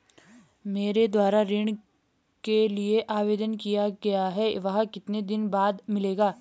मेरे द्वारा ऋण के लिए आवेदन किया गया है वह कितने दिन बाद मिलेगा?